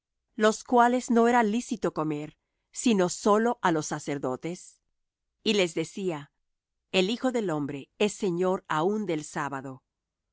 los cuales no era lícito comer sino á solos los sacerdotes y les decía el hijo del hombre es señor aun del sábado